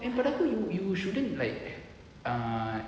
and pada aku you shouldn't like ah